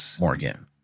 Morgan